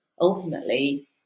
ultimately